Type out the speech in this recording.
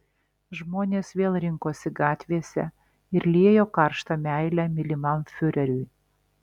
žmonės vėl rinkosi gatvėse ir liejo karštą meilę mylimam fiureriui